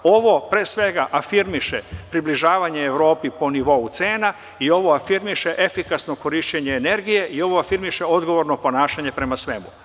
Ovo pre svega afirmiše približavanje Evropi po nivou cena i ovo afirmiše efikasno korišćenje energije i ovo afirmiše odgovorno ponašanje prema svemu.